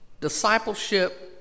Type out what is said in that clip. discipleship